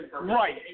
Right